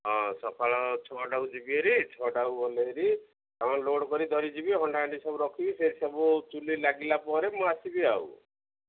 ହଁ ସକାଳ ଛଅଟାକୁ ଯିବି ହେରି ଛଅଟାକୁ ଗଲେ ହେରି ସାମାନ ଲୋଡ୍ କରି ଧରି ଯିବି ହଣ୍ଡା ହାଣ୍ଡି ସବୁ ରଖିବି ସେ ସବୁ ଚୁଲି ଲାଗିଲା ପରେ ମୁଁ ଆସିବି ଆଉ